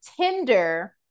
Tinder